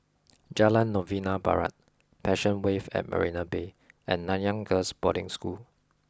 Jalan Novena Barat Passion Wave at Marina Bay and Nanyang Girls' Boarding School